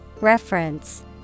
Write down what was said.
Reference